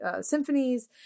symphonies